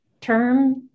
term